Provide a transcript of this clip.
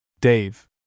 Dave